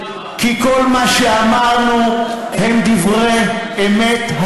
כי כל מה שאמרנו הם דברי אמת.